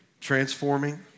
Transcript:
transforming